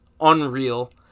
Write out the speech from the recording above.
unreal